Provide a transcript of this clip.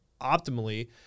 optimally